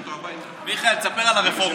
מיכאל, תספר על הרפורמה.